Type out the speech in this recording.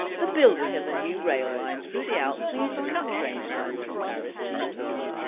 the building of a new rail line through the alps to cut train times from paris to milan.